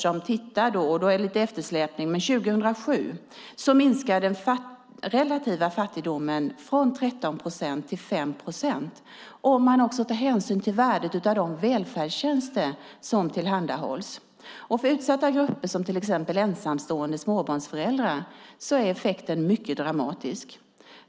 Det är lite eftersläpning, men 2007 minskade den relativa fattigdomen från 13 procent till 5 procent, om man också tar hänsyn till värdet av de välfärdstjänster som tillhandahålls. För utsatta grupper, till exempel ensamstående småbarnsföräldrar, är effekten mycket dramatisk.